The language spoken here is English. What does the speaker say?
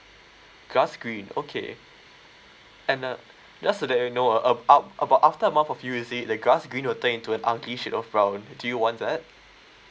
grass green okay and uh just to let you know uh uh out about after a month of you use it the grass green will turn into an ugly shade of brown do you want that